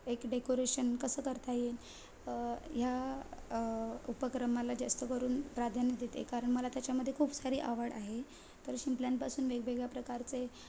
एक डेकोरेशन कसं करता येईल ह्या उपक्रम मला जास्त करून प्राधान्य देते कारण मला त्याच्यामध्ये खूप सारी आवड आहे तर शिंपल्यांपासून वेगवेगळ्या प्रकारचे